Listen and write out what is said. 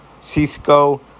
Cisco